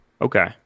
Okay